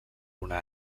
una